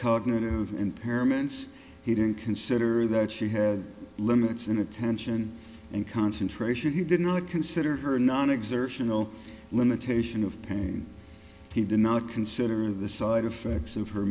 cognitive impairments he didn't consider that she had limits in attention and concentration he did not consider her non exertional limitation of pain he did not consider the side effects of her